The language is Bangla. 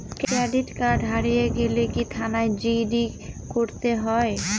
ক্রেডিট কার্ড হারিয়ে গেলে কি থানায় জি.ডি করতে হয়?